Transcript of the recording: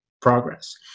progress